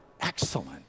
excellent